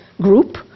group